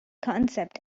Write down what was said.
concept